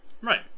Right